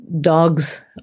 dogs